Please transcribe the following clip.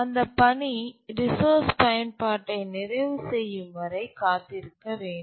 அந்தப் பணி ரிசோர்ஸ் பயன்பாட்டை நிறைவு செய்யும் வரை காத்திருக்க வேண்டும்